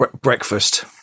breakfast